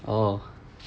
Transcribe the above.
oh